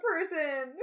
person